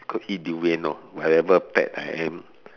eat durian lor whatever pet I am